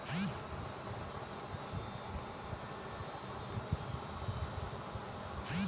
मनसे कंपनी के सेयर ले हवय अउ ओला बीच म बेंचना हे अइसन म परमान पाती म नांव ल चढ़हाय बर होथे